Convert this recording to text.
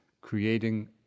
creating